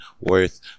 worth